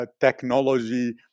technology